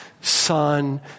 Son